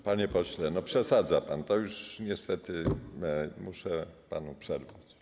Panie pośle, przesadza pan, już niestety muszę panu przerwać.